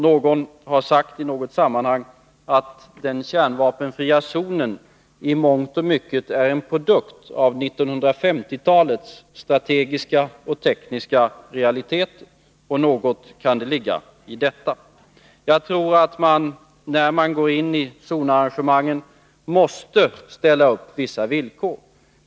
Någon har i något sammanhang sagt att den kärnvapenfria zonen i mångt och mycket är en produkt av 1950-talets strategiska och tekniska realiteter, och något kan det ligga i detta. Jag tror att man, när man går in i zonarrangemangen, måste ställa upp vissa villkor.